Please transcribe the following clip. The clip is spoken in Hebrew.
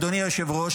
אדוני היושב-ראש,